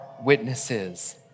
witnesses